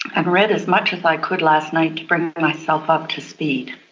i've read as much as i could last night to bring myself up to speed.